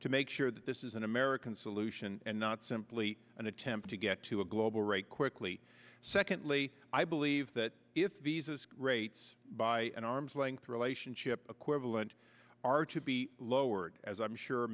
to make sure that this is an american solution and not simply an attempt to get to a global rate quickly secondly i believe that if visas rates by an arm's length relationship equivalent are to be lowered as i'm sure